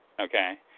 okay